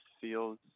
feels